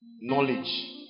knowledge